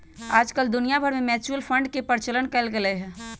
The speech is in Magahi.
आजकल दुनिया भर में म्यूचुअल फंड के प्रचलन कइल गयले है